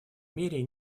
мере